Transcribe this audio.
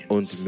Und